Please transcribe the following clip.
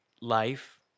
life